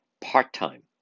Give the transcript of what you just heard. part-time